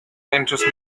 enters